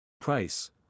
Price